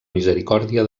misericòrdia